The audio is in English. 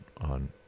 on